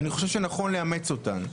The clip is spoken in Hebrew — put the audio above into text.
ואני חושב שנכון לאמץ אותם.